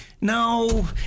no